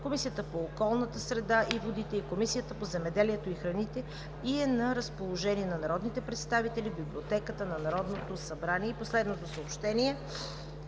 Комисията по околната среда и водите и Комисията по земеделието и храните и е на разположение на народните представители в Библиотеката на Народното събрание. 7. От Националния